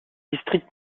district